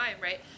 right